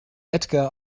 edgar